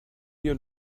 your